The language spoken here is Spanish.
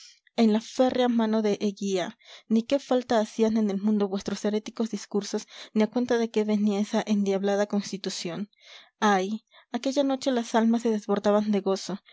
en la férrea mano de eguía ni qué falta hacían en el mundo vuestros heréticos discursos ni a cuenta de qué venía esa endiablada constitución ay aquella noche las almas se desbordaban de gozo